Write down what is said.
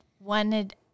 wanted